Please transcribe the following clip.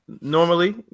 normally